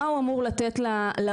מה הוא אמור לתת לעולים,